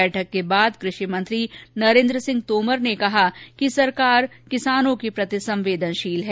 बैठक के बाद कृषि मंत्री नरेंद्र सिंह तोमर ने कहा कि सरकार की किसानों के प्रति संवेदनशील है